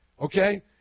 okay